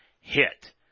hit